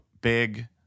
Big